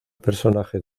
personaje